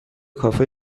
کافه